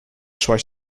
szłaś